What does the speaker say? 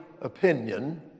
opinion